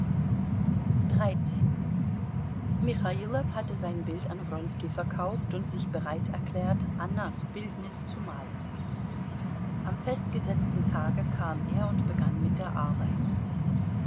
michailow hatte sein bild an wronski verkauft und sich bereit erklärt annas bildnis zu malen am festgesetzten tage kam er und begann mit der arbeit